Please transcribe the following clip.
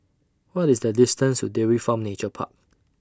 What IS The distance to Dairy Farm Nature Park